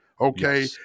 Okay